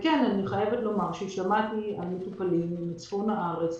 אני חייבת לומר ששמעתי על מטופלים מצפון הארץ,